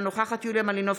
אינה נוכחת יוליה מלינובסקי,